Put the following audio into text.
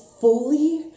fully